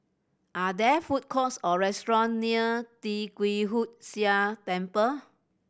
are there food courts or restaurants near Tee Kwee Hood Sia Temple